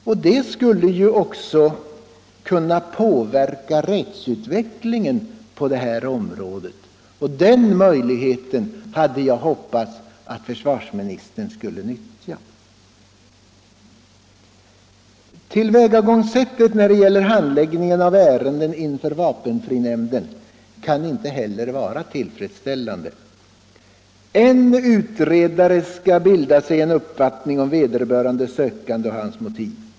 Det skulle också kunna påverka rättsutvecklingen på detta område, och den möjligheten hade jag hoppats att försvarsministern skulle nyttja. Tillvägagångssättet vid handläggningen av ärenden inför vapenfrinämnden kan inte heller anses tillfredsställande. En utredare skall bilda sig en uppfattning om vederbörande sökande och hans motiv.